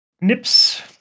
Nips